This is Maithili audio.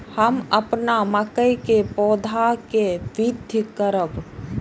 हम अपन मकई के पौधा के वृद्धि करब?